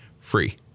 free